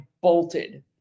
bolted